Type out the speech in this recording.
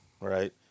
right